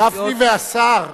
גפני והשר.